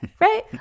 right